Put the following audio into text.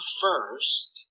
first